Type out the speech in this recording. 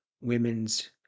women's